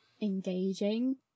engaging